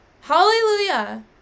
Hallelujah